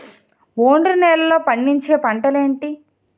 ఒండ్రు నేలలో పండించే పంటలు ఏంటి?